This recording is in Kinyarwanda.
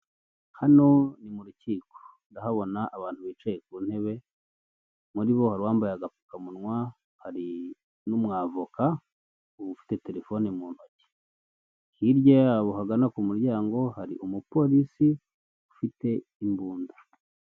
Hano ni mu rukiko, ndahabona abantu bicaye ku ntebe, muri bo hari uwambaye agapfukamunwa, hari n'umwavoka ufite telefone mu ntoki. Hirya yabo hagana ku muryango, hari umupolisi ufite imbunda.